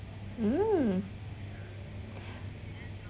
mm